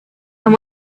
and